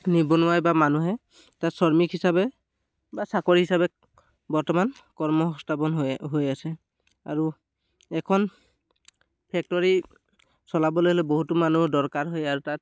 নিবনুৱাই বা মানুহে তাত শ্ৰমিক হিচাপে বা চাকৰি হিচাপে বৰ্তমান কৰ্মস্থাপন হৈ হৈ আছে আৰু এখন ফেক্টৰী চলাবলৈ হ'লে বহুতো মানুহ দৰকাৰ হয় আৰু তাত